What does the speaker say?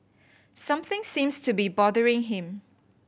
something seems to be bothering him